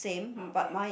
okay